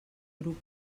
grup